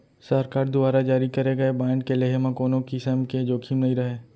सरकार दुवारा जारी करे गए बांड के लेहे म कोनों किसम के जोखिम नइ रहय